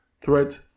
threat